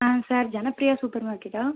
ஆ sir Janapriya super மார்க்கெட்டா